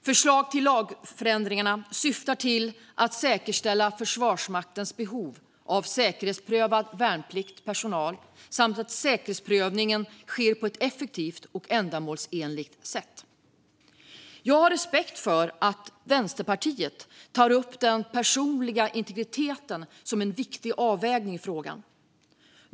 Förslagen till lagändringar syftar till att säkerställa att Försvarsmaktens behov av säkerhetsprövad värnpliktig personal tillgodoses samt att säkerhetsprövningen sker på ett effektivt och ändamålsenligt sätt. Jag har respekt för att Vänsterpartiet tar upp den personliga integriteten som en viktig avvägning i frågan.